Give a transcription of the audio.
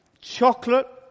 chocolate